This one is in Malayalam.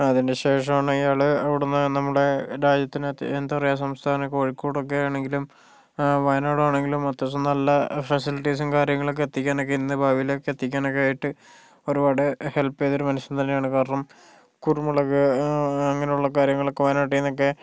അതിൻ്റെ ശേഷമാണ് ഇയാൾ അവിടെനിന്ന് നമ്മുടെ രാജ്യത്തിനകത്ത് എന്താ പറയുക സംസ്ഥാനം കോഴിക്കോടൊക്കെ ആണെങ്കിലും വയനാടാണെങ്കിലും അത്യാവശ്യം നല്ല ഫെസിലിറ്റീസും കാര്യങ്ങളൊക്കെ എത്തിക്കാനൊക്കെ ഇന്ന് ഭാവിയിലേക്ക് എത്തിക്കാനൊക്കെ ആയിട്ട് ഒരുപാട് ഹെൽപ്പ് ചെയ്തൊരു മനുഷ്യൻ തന്നെയാണ് കാരണം കുരുമുളക് അങ്ങനെയുള്ള കാര്യങ്ങളൊക്കെ വയനാട്ടിൽ നിന്നൊക്കെ